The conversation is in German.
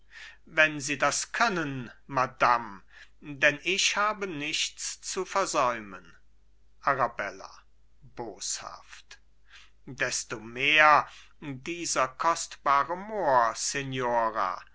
wenn sie das können madam denn ich habe nichts zu versäumen arabella boshaft desto mehr dieser kostbare mohr